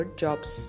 jobs